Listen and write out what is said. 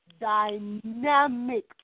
dynamic